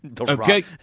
Okay